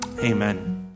Amen